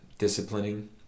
Disciplining